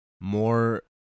more